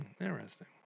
Interesting